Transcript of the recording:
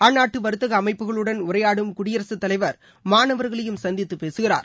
அந்நாட்டு வர்த்தக அமைப்புகளுடன் உரையாடும் குடியரசு தலைவர் மாணவர்களையும் சந்தித்து பேசுகிறார்